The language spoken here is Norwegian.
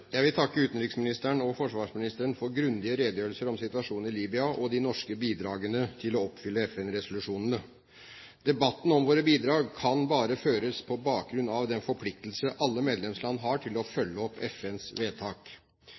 Jeg vil takke utenriksministeren og forsvarsministeren for grundige redegjørelser om situasjonen i Libya og de norske bidragene til å oppfylle FN-resolusjonene. Debatten om våre bidrag kan bare føres på bakgrunn av den forpliktelse alle medlemsland har til å følge opp FNs vedtak.